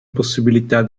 possibilità